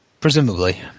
Presumably